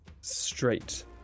straight